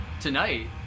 tonight